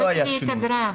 סליחה, תראי את הגרף,